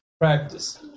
practice